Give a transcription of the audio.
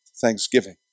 thanksgiving